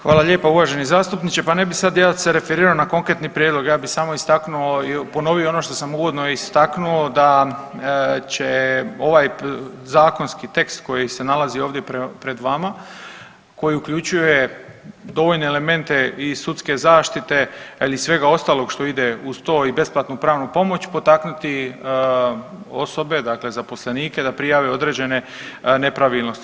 Hvala lijepo uvaženi zastupniče, pa ne bi sad ja se referirao na konkretni prijedlog, ja bi samo istaknuo i ponovio ono što sam uvodno istaknuo da će ovaj zakonski tekst koji se nalazi ovdje pred vama, koji uključuje dovoljne elemente i sudske zaštite, ali i svega ostalog što ide uz to i besplatnu pravnu pomoć potaknuti osobe, dakle zaposlenike da prijave određene nepravilnosti.